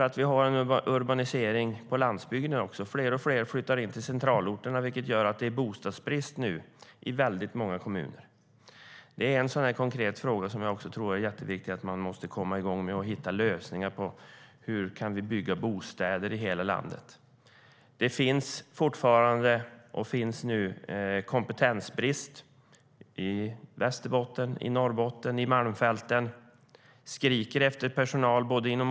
Det sker en urbanisering på landsbygden också. Fler och fler flyttar in till centralorterna, vilket gör att det är bostadsbrist i många kommuner. Det är en konkret fråga som det är viktigt att hitta en lösning till. Hur kan vi bygga bostäder i hela landet? Det råder fortfarande kompetensbrist i Västerbotten och Norrbotten, till exempel i Malmfälten.